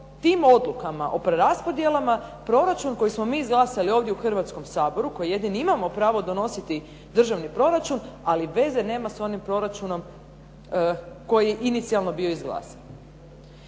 tim odlukama o preraspodjelama proračun koji smo mi izglasali ovdje u Hrvatskom saboru koji jedini imamo pravo donositi državni proračun, ali veze nema s onim proračunom koji je inicijalno bio izglasan.